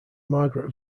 margaret